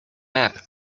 map